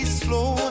slow